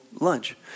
lunch